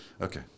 Okay